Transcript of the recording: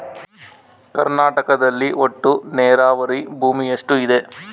ಕರ್ನಾಟಕದಲ್ಲಿ ಒಟ್ಟು ನೇರಾವರಿ ಭೂಮಿ ಎಷ್ಟು ಇದೆ?